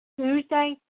Tuesday